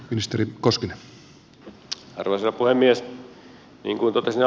niin kuin totesin alussa